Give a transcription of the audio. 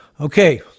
Okay